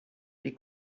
des